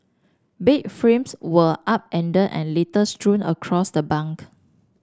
bed frames were upend and litter strewn across the bunk